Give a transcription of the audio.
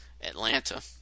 Atlanta